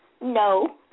No